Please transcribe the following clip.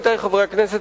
עמיתי חברי הכנסת,